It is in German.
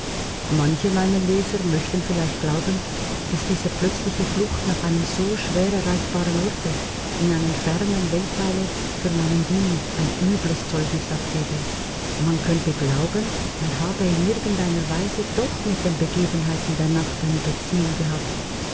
manche meiner leser möchten vielleicht glauben daß diese plötzliche flucht nach einem so schwer erreichbaren orte in einem fernen weltteile für meinen diener ein übles zeugnis abgebe man könnte glauben er habe in irgend einer weise doch mit zu den begebenheiten der nacht eine beziehung gehabt